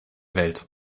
welt